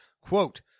quote